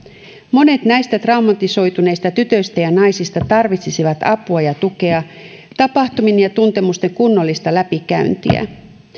monet näistä traumatisoituneista tytöistä ja naisista tarvitsisivat apua ja tukea tapahtumien ja tuntemusten kunnollista läpikäyntiä